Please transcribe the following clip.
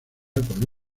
con